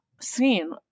seen